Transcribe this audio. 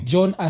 John